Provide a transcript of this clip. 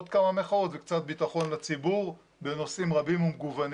עוד כמה מחאות וקצת ביטחון לציבור בנושאים רבים ומגוונים.